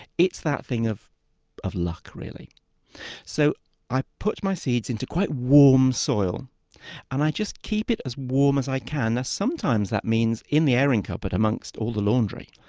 it's that thing of of luck really so i put my seeds into quite warm soil and i just keep it as warm as i can now sometimes that means in the airing cupboard amongst all the laundry,